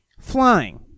Flying